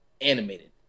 Animated